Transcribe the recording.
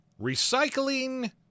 recycling